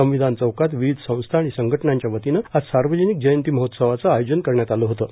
संविधान चौकात विविध संस्था आणि संघटनांच्या वतीनं आज सार्वजनिक जयंती महोत्सवाचं आयोजन करण्यात आलं होतं